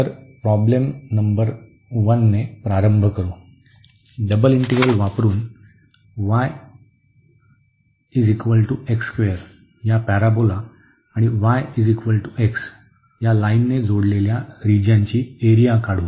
तर प्रॉब्लेम क्रमांक 1 सह प्रारंभ करू डबल इंटीग्रल वापरून या पॅरोबोला आणि y x या लाईनने जोडलेल्या रिजनची एरिया काढू